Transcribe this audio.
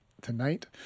tonight